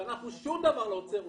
ששום דבר לא עוצר אותנו.